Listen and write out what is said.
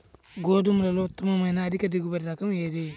గోధుమలలో ఉత్తమమైన అధిక దిగుబడి రకం ఏది?